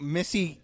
Missy